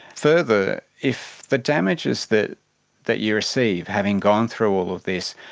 further, if the damages that that you receive, having gone through all of this,